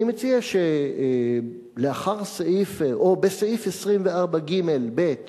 אני מציע שלאחר סעיף 8, או בסעיף 24ג(ב)(2),